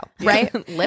right